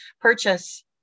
purchase